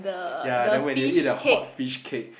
ya then when you eat the hot fish cake